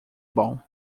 bom